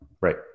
Right